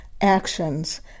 actions